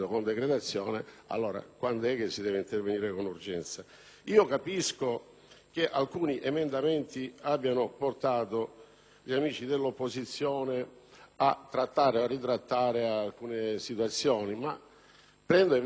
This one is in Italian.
che alcuni emendamenti abbiano portato gli amici dell'opposizione a ritrattare alcune posizioni, accolgo invece con grande positività